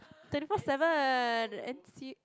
twenty four seven N C